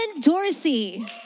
Dorsey